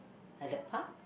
at the park